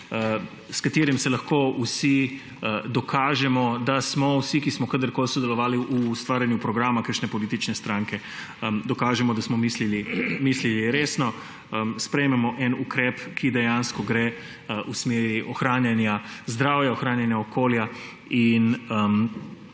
s katerim se lahko vsi dokažemo, da smo vsi, ki smo kadarkoli sodelovali v ustvarjanju programa kakšne politične stranke, da smo mislili resno, sprejmemo en ukrep, ki dejansko gre v smeri ohranjanja zdravja, ohranjanja okolja, in